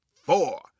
four